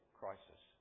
crisis